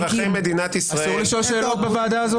אסור לשאול שאלות בוועדה הזאת?